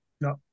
No